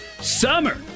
Summer